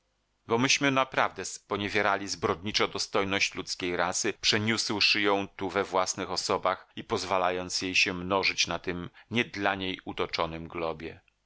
myśmy naprawdę sponiewierali zbrodniczo dostojność ludzkiej rasy przeniósłszy ją tu we własnych osobach i pozwalając jej się mnożyć na tym nie dla niej utoczonym globie